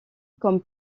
comme